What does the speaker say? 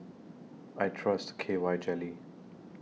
I Trust K Y Jelly